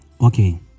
Okay